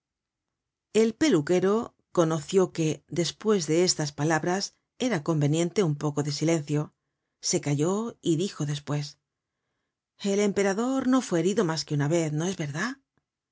el peluquero conoció que despues de estas palabras era conveniente un poco de silencio se calló y dijo despues el emperador no fue herido mas que una vez no es verdad